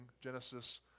Genesis